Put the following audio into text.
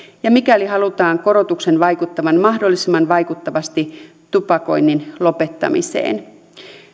ja mikäli halutaan korotuksen vaikuttavan mahdollisimman vaikuttavasti tupakoinnin lopettamiseen